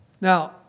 Now